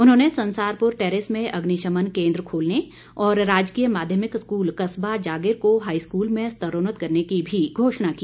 उन्होंने संसारपुर टैरेस में अग्निशमन केंद्र खोलने और राजकीय माध्यमिक स्कूल कस्बा जागिर को हाई स्कूल में स्तर्रोन्नत करने की भी घोषणा की